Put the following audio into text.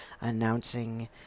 announcing